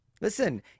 Listen